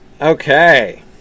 Okay